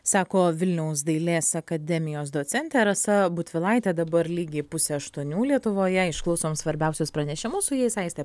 sako vilniaus dailės akademijos docentė rasa butvilaitė dabar lygiai pusę aštuonių lietuvoje išklausom svarbiausius pranešimus su jais aistė